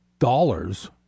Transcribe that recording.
dollars